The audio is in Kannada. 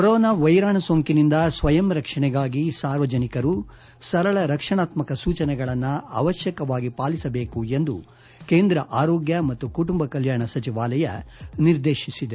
ಕೊರೋನಾ ವೈರಾಣು ಸೋಂಕಿನಿಂದ ಸ್ವಯಂರಕ್ಷಣೆಗಾಗಿ ಸಾರ್ವಜನಿಕರು ಸರಳ ರಕ್ಷಣಾತ್ಮಕ ಸೂಚನೆಗಳನ್ನು ಅವಶ್ಚವಾಗಿ ಪಾಲಿಸಬೇಕು ಎಂದು ಕೇಂದ್ರ ಆರೋಗ್ಡ ಮತ್ತು ಕುಟುಂಬ ಕಲ್ಯಾಣ ಸಚಿವಾಲಯ ನಿರ್ದೇತಿಸಿದೆ